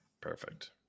Perfect